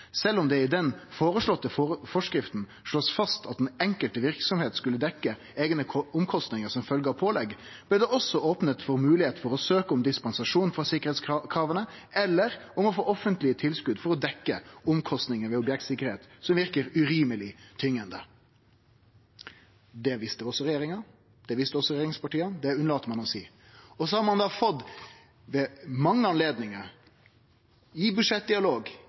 Selv om det i den foreslåtte forskriften slås fast at den enkelte virksomhet skulle dekke egne omkostninger som følge av pålegg, ble det også åpnet for mulighet til å søke om dispensasjon fra sikkerhetskravene eller om å få offentlig tilskudd for å dekke omkostninger ved objektsikkerhet som virker urimelig tyngende.» Det visste også regjeringa. Det visste også regjeringspartia. Det unnlèt ein å seie. Så har ein fått mange anledningar – i budsjettdialog,